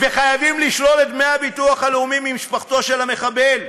חייבים לשלול את דמי הביטוח הלאומי ממשפחתו של המחבל.